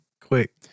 Quick